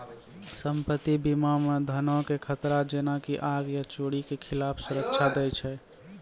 सम्पति बीमा मे धनो के खतरा जेना की आग या चोरी के खिलाफ सुरक्षा दै छै